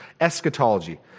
eschatology